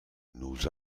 nous